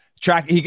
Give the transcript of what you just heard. track